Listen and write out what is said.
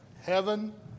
heaven